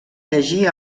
llegir